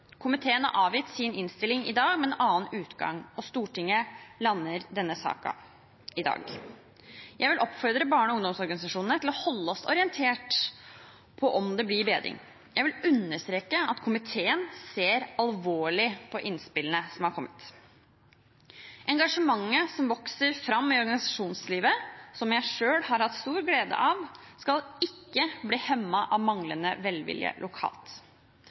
Komiteen har avgitt sin innstilling med en annen utgang, og Stortinget lander denne saken i dag. Jeg vil oppfordre barne- og ungdomsorganisasjonene til å holde oss orientert om hvorvidt det blir en bedring. Jeg vil understreke at komiteen ser alvorlig på innspillene som har kommet. Engasjementet som vokser fram i organisasjonslivet, og som jeg selv har hatt stor glede av, skal ikke bli hemmet av manglende velvilje lokalt.